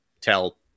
tell